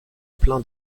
plein